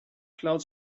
cloud